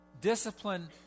Discipline